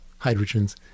hydrogens